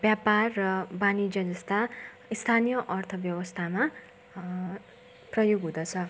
व्यापार र वाणिज्य जस्ता स्थानीय अर्थव्यवस्थामा प्रयोग हुँदछ